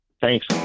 Thanks